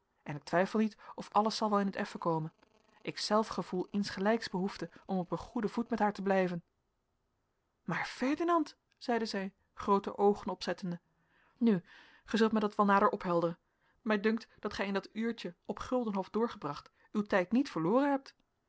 en ik twijfel niet of alles zal wel in t effen komen ikzelf gevoel insgelijks behoefte om op een goeden voet met haar te blijven maar ferdinand zeide zij groote oogen opzettende nu gij zult mij dat wel nader ophelderen mij dunkt dat gij in dat uurtje op guldenhof doorgebracht uw tijd niet verloren hebt